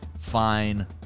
fine